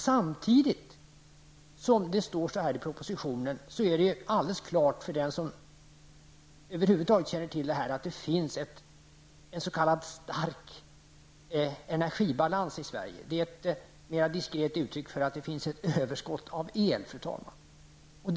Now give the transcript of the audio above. Samtidigt som det står så här i propositionen, är det alldeles klart för den som över huvud taget känner till detta att det finns en s.k. stark energibalans i Sverige. Det är ett mera diskret uttryck för att det finns en överskott av el, fru talman.